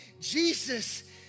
Jesus